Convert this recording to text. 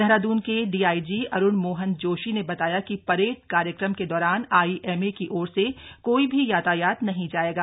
देहराद्न के डीआईजी अरुण मोहन जोशी ने बताया कि परेड कार्यक्रम के दौरान आईएमए की ओर कोई भी यातायात नहीं जायेगा